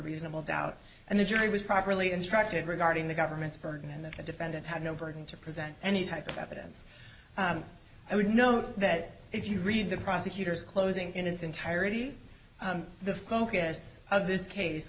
reasonable doubt and the jury was properly instructed regarding the government's burden and that the defendant had no burden to present any type of evidence i would note that if you read the prosecutor's closing in its entirety the focus of this case